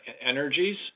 energies